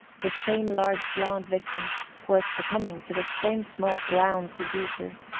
the same large blonde victim was succumbing to the same small brown seducer.